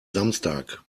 samstag